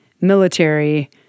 military